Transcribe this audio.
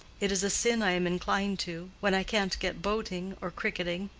it is a sin i am inclined to when i can't get boating or cricketing.